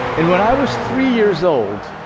and when i was three years old,